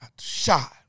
shot